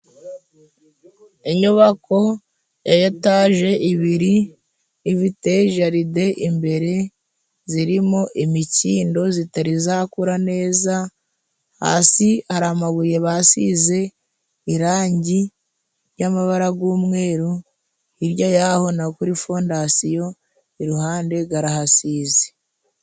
Inyubako ya etaje ibiri i ifite jaride imbere zirimo imikindo zitazakura neza, hasi hari amabuye basize irangi ry'amabara g'umweru, hirya y'aho no kuri fondasiyo iruhande garahasize.